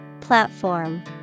Platform